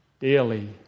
daily